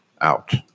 out